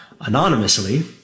anonymously